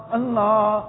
Allah